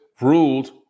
ruled